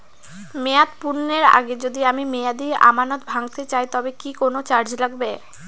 মেয়াদ পূর্ণের আগে যদি আমি মেয়াদি আমানত ভাঙাতে চাই তবে কি কোন চার্জ লাগবে?